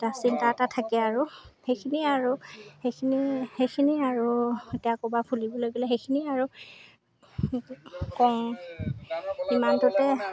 এটা চিন্তা এটা থাকে আৰু সেইখিনিয়ে আৰু সেইখিনি সেইখিনি আৰু এতিয়া ক'ৰবাত ফুৰিবলৈ গ'লে সেইখিনিয়ে আৰু কওঁ ইমানটোতে